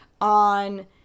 on